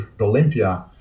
Olympia